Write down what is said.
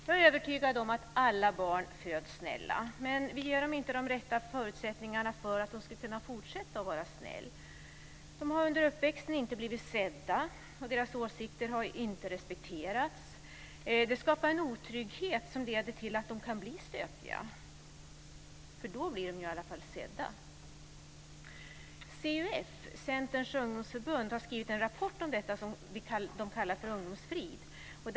Jag är övertygad om att alla barn föds snälla, men vi ger dem inte rätta förutsättningarna för att kunna fortsätta att vara snälla. Under uppväxten har de inte blivit sedda, och deras åsikter har inte respekterats. Det skapar en otrygghet som kan leda till att de blir stökiga; då blir de i alla fall sedda. CUF, Centerns ungdomsförbund, har skrivit en rapport om detta, Ungdomsfrid.